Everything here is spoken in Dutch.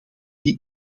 die